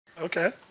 Okay